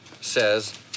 says